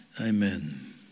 Amen